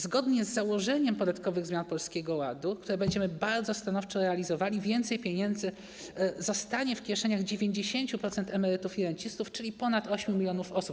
Zgodnie z założeniem podatkowych zmian Polskiego Ładu, które będziemy bardzo stanowczo realizowali, więcej pieniędzy zostanie w kieszeniach 90% emerytów i rencistów, czyli ponad 8 mln osób.